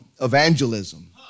evangelism